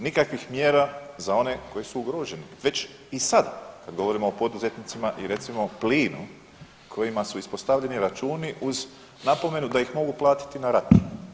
Nikakvih mjera za one koji su ugroženi već i sad kad govorimo o poduzetnicima i recimo plinu kojima su ispostavljeni računi uz napomenu da ih mogu platiti na rate.